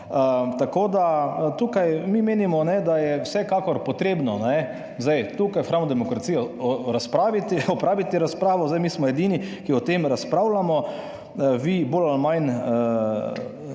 Tako da tukaj mi menimo, da je vsekakor potrebno tukaj v hramu demokracije opraviti razpravo. Zdaj mi smo edini, ki o tem razpravljamo. Vi bolj ali manj